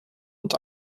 und